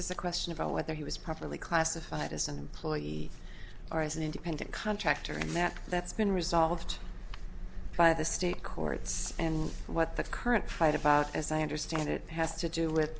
a question about whether he was properly classified as an employee or as an independent contractor and that that's been resolved by the state courts and what the current fight about as i understand it has to do